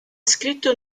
scritto